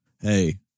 Hey